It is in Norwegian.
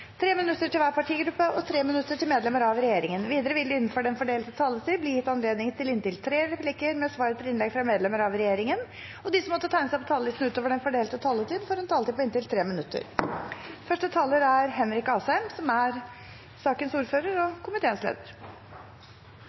minutter til hver partigruppe og 3 minutter til medlemmer av regjeringen. Videre vil det – innenfor den fordelte taletid – bli gitt anledning til inntil tre replikker med svar etter innlegg fra medlemmer av regjeringen, og de som måtte tegne seg på talerlisten utover den fordelte taletid, får en taletid på inntil 3 minutter.